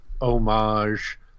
homage